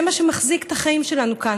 זה מה שמחזיק את החיים שלנו כאן.